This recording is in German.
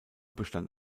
bestand